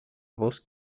voz